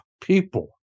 people